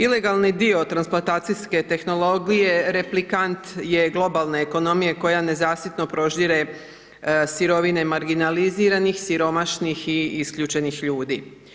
Ilegalni dio transplatacijske tehnologije replikant je globalne ekonomije koja nezasitno proždire sirovine i marginaliziranih, siromašnih i isključenih ljudi.